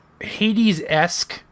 Hades-esque